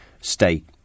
state